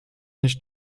nicht